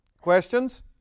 Questions